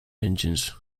engines